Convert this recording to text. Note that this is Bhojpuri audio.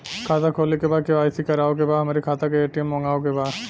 खाता खोले के बा के.वाइ.सी करावे के बा हमरे खाता के ए.टी.एम मगावे के बा?